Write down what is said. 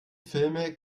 filme